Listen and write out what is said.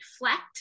reflect